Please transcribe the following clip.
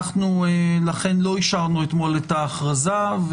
לכן לא אישרנו אתמול את ההכרזה,